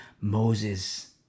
Moses